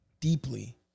deeply